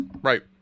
Right